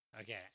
Okay